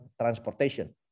transportation